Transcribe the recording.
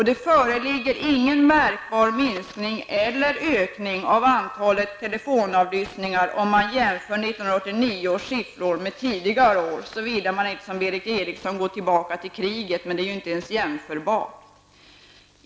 Det framkommer ingen märkbar minskning eller ökning av antalet telefonavlyssningar om man jämför 1989 års siffror med tidigare års, såvida man inte, som Berith Eriksson gör, går tillbaka till krigsåren -- men detta är ju inte jämförbart.